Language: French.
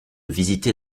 visiter